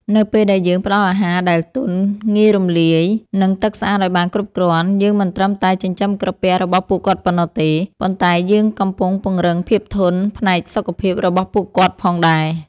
នៅពេលដែលយើងផ្តល់អាហារដែលទន់ ងាយរំលាយ និងទឹកស្អាតឱ្យបានគ្រប់គ្រាន់ យើងមិនត្រឹមតែចិញ្ចឹមក្រពះរបស់ពួកគាត់ប៉ុណ្ណោះទេ ប៉ុន្តែយើងកំពុងពង្រឹង ភាពធន់ ផ្នែកសុខភាពរបស់ពួកគាត់ផងដែរ។